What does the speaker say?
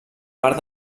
part